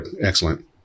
excellent